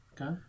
Okay